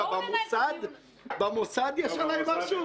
במוסד יש עליי משהו?